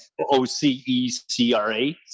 OCECRA